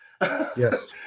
Yes